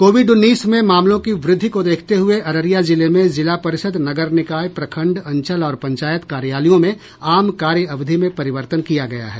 Covid उन्नीस में मामलों की वृद्धि को देखते हुए अररिया जिले में जिला परिषद् नगर निकाय प्रखंड अंचल और पंचायत कार्यालयों में आम कार्य अवधि में परिवर्तन किया गया है